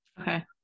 okay